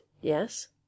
Yes